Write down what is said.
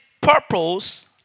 purpose